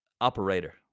operator